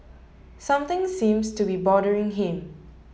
something seems to be bothering him